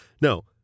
No